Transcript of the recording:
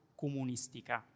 comunistica